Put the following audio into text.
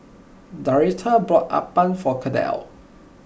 Doretha bought Appam for Kendell